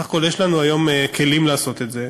בסך הכול יש לנו היום כלים לעשות את זה,